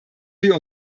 wir